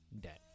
debt